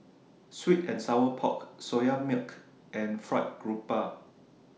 Sweet and Sour Pork Soya Milk and Fried Garoupa